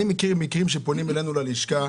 אלפי אנשים פונים אלינו ללשכה,